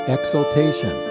Exaltation